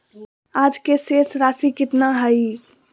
आज के शेष राशि केतना हइ?